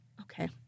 Okay